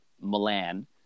Milan